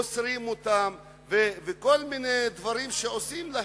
אוסרים אותם וכל מיני דברים שעושים להם,